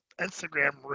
Instagram